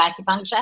acupuncture